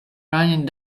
running